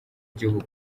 igihugu